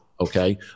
Okay